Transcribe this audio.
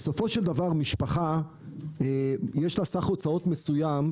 בסופו של דבר למשפחה יש סך הוצאות מסוים,